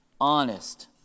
honest